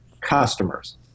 customers